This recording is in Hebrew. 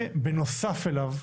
ובנוסף אליו,